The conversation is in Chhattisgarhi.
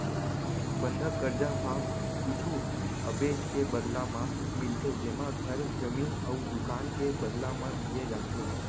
बंधक करजा ह कुछु अबेज के बदला म मिलथे जेमा घर, जमीन अउ दुकान के बदला म दिये जाथे